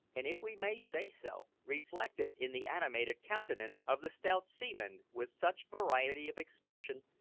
and, if we may say so, reflected in the animated countenance of the stout seaman, with such variety of expression,